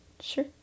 sure